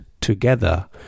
together